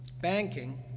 banking